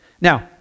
Now